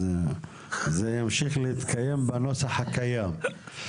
זה ימשיך להתקיים בנוסח הקיים.